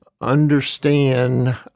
understand